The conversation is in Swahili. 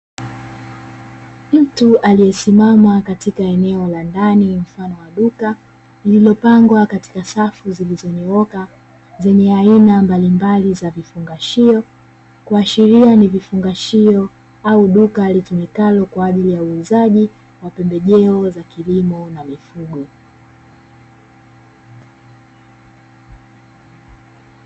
Mtu aliyesimama katika eneo la ndani mfano wa duka lililopangwa safu zilizonyooka, zenye aina mbalimbali za vifungashio. Kuashiria ni vifungashio au duka, litumikalo kwa ajili ya uuzaji wa pembejeo za kilimo na mifugo.